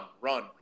run